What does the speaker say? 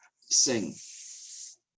sing